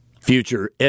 future